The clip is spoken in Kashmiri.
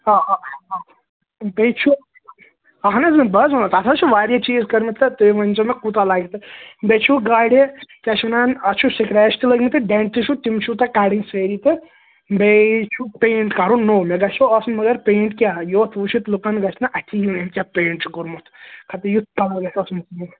آ آ آ بیٚیہِ چھُ اہن حظ بہٕ حظ وَنو تتھ حظ چھِ واریاہ چیٖز کٔرۍمٕتۍ تتھ تُہۍ ؤنۍزیٚو مےٚ کوٗتاہ لَگہِ تہٕ بیٚیہِ چھُو گاڑِ کیٛاہ چھِ وَنان اَتھ چھُو سِکریچ تہِ لٔگمٕتۍ تہٕ ڈیٚنٹ چھُو تِم چھُو تۄہہِ کَڈٕنۍ سٲرِی تہٕ بیٚیہِ چھُو پینٛٹ کَرُن نوٚو مےٚ گَژھوٕ آسُن مگر پینٛٹ کیٛاہ یوٚت وُچھِتھ لوٗکَن گَژھِ نہٕ اَتھِ یُن أمۍ کیٛاہ پینٛٹ چھُ کوٚرمُت اَدٕ یُتھ کلر گَژھِ آسُن